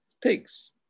pigs